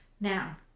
Now